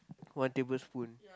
one tablespoon